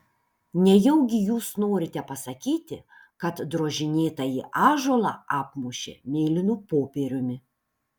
nejaugi jūs norite pasakyti kad drožinėtąjį ąžuolą apmušė mėlynu popieriumi